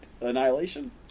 Annihilation